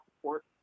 support